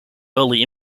early